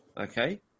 Okay